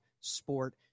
sport